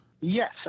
Yes